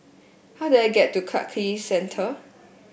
how do I get to Clarke Quay Central